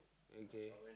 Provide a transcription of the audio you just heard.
okay